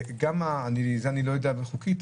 וגם אני לא יודע חוקית,